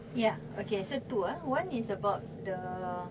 ya okay so two ah one is about the